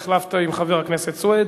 החלפת עם חבר הכנסת סוייד,